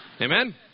Amen